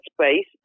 space